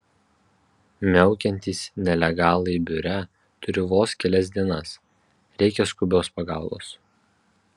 miaukiantys nelegalai biure turi vos kelias dienas reikia skubios pagalbos